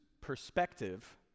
perspective